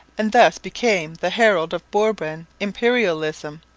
and thus became the herald of bourbon imperialism.